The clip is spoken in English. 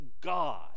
God